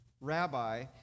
rabbi